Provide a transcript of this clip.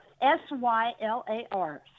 S-Y-L-A-R